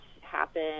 happen